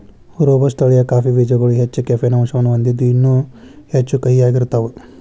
robusta ತಳಿಯ coffee ಬೇಜಗಳು ಹೆಚ್ಚ ಕೆಫೇನ್ ಅಂಶವನ್ನ ಹೊಂದಿದ್ದು ಇನ್ನೂ ಹೆಚ್ಚು ಕಹಿಯಾಗಿರ್ತಾವ